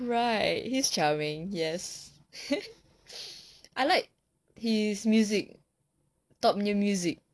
right he's charming yes I like his music top the music